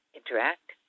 interact